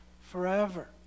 forever